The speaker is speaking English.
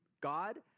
God